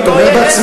ואתה אומר בעצמך,